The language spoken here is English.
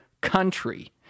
country